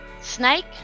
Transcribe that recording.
Snake